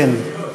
כן,